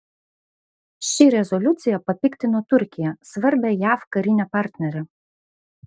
ši rezoliucija papiktino turkiją svarbią jav karinę partnerę